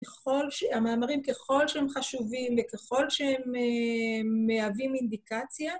ככל ש..המאמרים ככל שהם חשובים וככל שהם מהווים אינדיקציה...